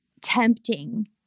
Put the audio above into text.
tempting